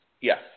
Yes